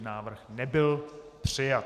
Návrh nebyl přijat.